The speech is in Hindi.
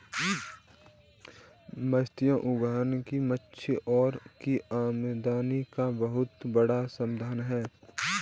मत्स्य उद्योग मछुआरों की आमदनी का बहुत बड़ा साधन है